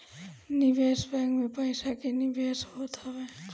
निवेश बैंक में पईसा के निवेश होत हवे